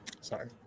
Sorry